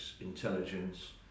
intelligence